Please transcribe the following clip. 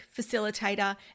Facilitator